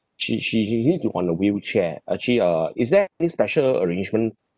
she she she she need to on the wheelchair actually err is there any special arrangement